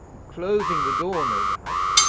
closing the door, no doubt,